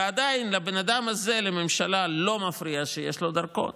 ועדיין לממשלה לא מפריע שלבן אדם הזה יש דרכון,